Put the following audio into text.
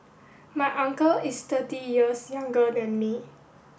my uncle is thirty years younger than me